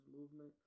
movement